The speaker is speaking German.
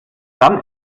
dann